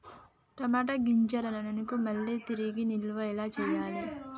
టమాట గింజలను మళ్ళీ తిరిగి నిల్వ ఎలా చేయాలి?